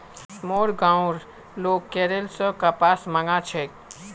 मोर गांउर लोग केरल स कपास मंगा छेक